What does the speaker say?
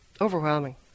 overwhelming